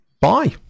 bye